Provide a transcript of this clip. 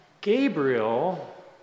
Gabriel